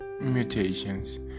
mutations